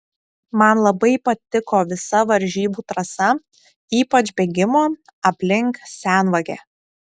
man labai patiko visa varžybų trasa ypač bėgimo aplink senvagę